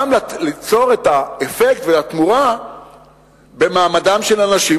גם ליצור את האפקט והתמורה במעמדן של הנשים,